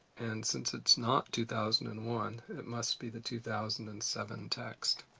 and since it's not two thousand and one, it must be the two thousand and seven text.